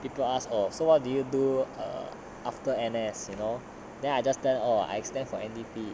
people ask or so what do you do or after N_S you know then I just tell them oh I tell oh I extend for N_D_P